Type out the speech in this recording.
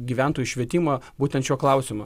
gyventojų švietimą būtent šiuo klausimu